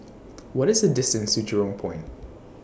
What IS The distance to Jurong Point